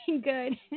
good